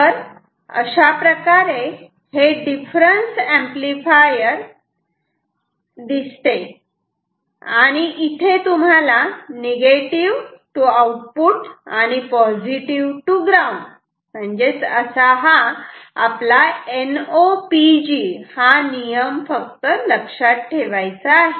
तर अशाप्रकारे हे डिफरन्स एम्पलीफायर दिसते आणि इथे तुम्हाला negative to output positive to ground असा हा NOPG नियम फक्त लक्षात ठेवायचा आहे